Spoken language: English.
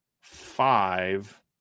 five